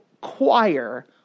choir